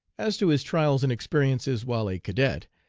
as to his trials and experiences while a cadet,